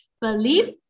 believe